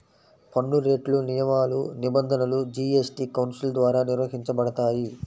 పన్నురేట్లు, నియమాలు, నిబంధనలు జీఎస్టీ కౌన్సిల్ ద్వారా నిర్వహించబడతాయి